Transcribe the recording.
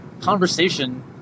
conversation